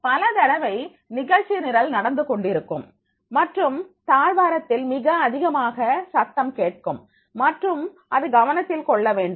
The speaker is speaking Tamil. பல தடவை பயிற்சி நிரல் நடந்து கொண்டிருக்கும் மற்றும் தாழ்வாரத்தில் மிக அதிகமாக சத்தம் கேட்கும் மற்றும் அது கவனத்தில் கொள்ள வேண்டும்